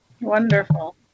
Wonderful